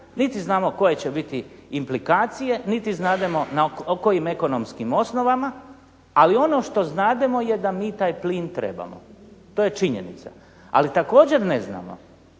niti znamo koje će biti implikacije, niti znademo o kojim ekonomskim osnovama. Ali ono što znademo je da mi taj plin trebamo. To je činjenica. Ali također ne znamo